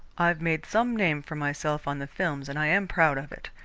i've made some name for myself on the films and i am proud of it.